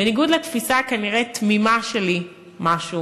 בניגוד לתפיסה שלי הכנראה-תמימה משהו,